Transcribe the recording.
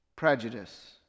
Prejudice